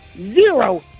zero